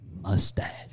mustache